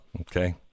Okay